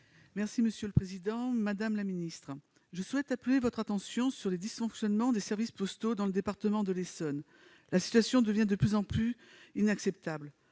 de l'économie et des finances. Madame la secrétaire d'État, je souhaite appeler votre attention sur les dysfonctionnements des services postaux dans le département de l'Essonne. La situation devient de plus en plus inacceptable.